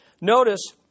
Notice